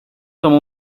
tomó